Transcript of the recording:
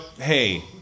Hey